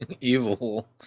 evil